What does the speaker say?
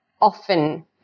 Often